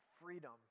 freedom